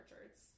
Richards